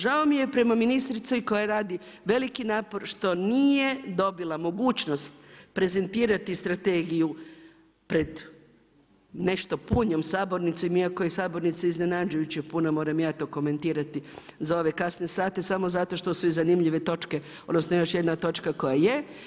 Žao mi je prema ministrici koja radi veliki napor što nije dobila mogućnost prezentirati strategiju pred nešto punijom sabornicom iako je sabornica iznenađujuće puna, moram ja to komentirati za ove kasne sate, samo što su i zanimljive točke, odnosno još jedna točka koja je.